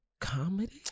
comedy